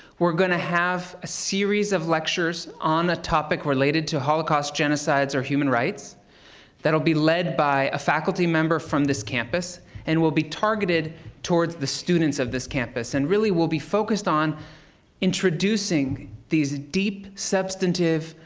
we're gonna have a series of lectures on a topic related to holocaust, genocides, or human rights that'll be led by a faculty member from this campus and will be targeted towards the students of this campus and really will be focused on introducing these deep, substantive,